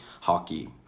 hockey